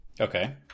Okay